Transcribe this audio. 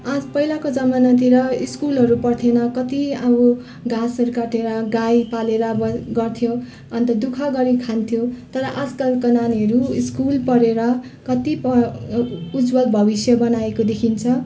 आज पहिलाको जमानातिर स्कुलहरू पढ्थेन कति अब घाँसहरू काटेर गाई पालेर वन गर्थ्यो अन्त दुःख गरी खान्थ्यो तर आजकलको नानीहरू स्कुल पढेर कति उज्ज्वल भविष्य बनाएको देखिन्छ